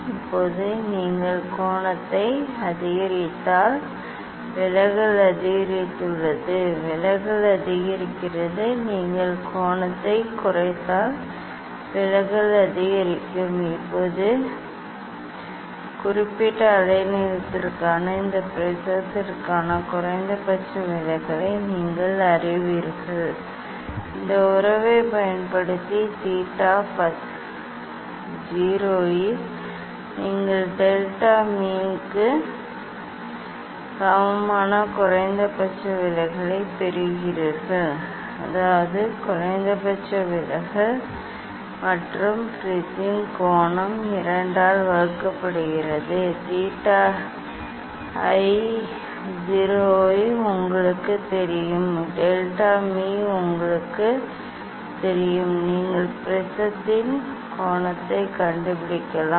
இப்போது நீங்கள் கோணத்தை அதிகரித்தால் விலகல் அதிகரித்துள்ளது விலகல் அதிகரிக்கிறது நீங்கள் கோணத்தைக் குறைத்தால் விலகல் அதிகரிக்கும் இப்போது இப்போது குறிப்பிட்ட அலைநீளத்திற்கான இந்த ப்ரிஸத்திற்கான குறைந்தபட்ச விலகலை நீங்கள் அறிவீர்கள் இந்த உறவைப் பயன்படுத்தி தீட்டா i 0 இல் நீங்கள் டெல்டா மீக்கு சமமான குறைந்தபட்ச விலகலைப் பெறுகிறீர்கள் அதாவது குறைந்தபட்ச விலகல் மற்றும் பிரிஸின் கோணம் 2 ஆல் வகுக்கப்படுகிறது தீட்டா ஐ 0 உங்களுக்குத் தெரியும் டெல்டா உங்களுக்குத் தெரியும் நீங்கள் ப்ரிஸத்தின் கோணத்தைக் கண்டுபிடிக்கலாம்